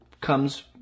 comes